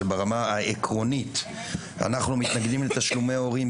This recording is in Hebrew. שברמה העקרונית אנחנו מתנגדים לתשלומי הורים,